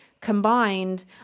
combined